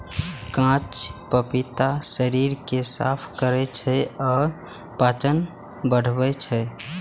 कांच पपीता शरीर कें साफ करै छै आ पाचन बढ़ाबै छै